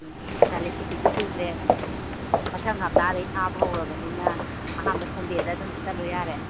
ꯎꯝ ꯀꯥꯂꯦꯟ ꯁꯨꯇꯤꯁꯨ ꯀꯨꯏꯗ꯭ꯔꯦ ꯃꯊꯪ ꯍꯞꯇꯥꯗꯒꯤ ꯊꯥꯕ ꯍꯧꯔꯕꯅꯤꯅ ꯑꯍꯥꯟꯕ ꯁꯟꯗꯦꯗ ꯑꯗꯨꯝ ꯆꯠꯂꯨ ꯌꯥꯔꯦ